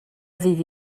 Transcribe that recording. ddydd